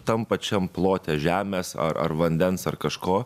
tam pačiam plote žemės ar ar vandens ar kažko